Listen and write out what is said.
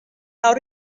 how